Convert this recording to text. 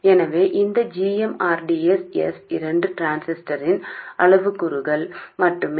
எனவே இந்த g m rd s இரண்டும் டிரான்சிஸ்டரின் அளவுருக்கள் மட்டுமே